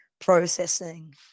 processing